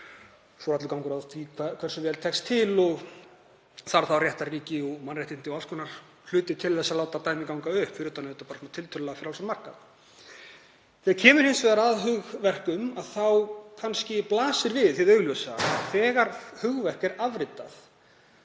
Svo er allur gangur á því hversu vel tekst til og þarf þá réttarríki og mannréttindi og alls konar hluti til þess að láta dæmið ganga upp, fyrir utan auðvitað tiltölulega frjálsan markað. Þegar kemur hins vegar að hugverkum þá blasir kannski við hið augljósa. Þegar hugverk er afritað